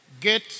Get